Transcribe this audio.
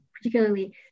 particularly